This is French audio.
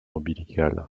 ombilical